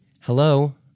hello